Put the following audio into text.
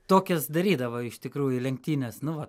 tokias darydavo iš tikrųjų lenktynes nu va